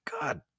God